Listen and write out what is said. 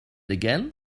again